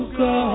go